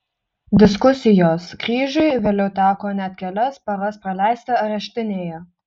diskusijos kryžiui vėliau teko net kelias paras praleisti areštinėje